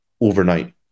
overnight